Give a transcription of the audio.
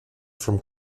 from